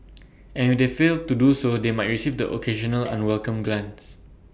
and if they fail to do so they might receive the occasional unwelcome glance